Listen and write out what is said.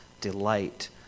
delight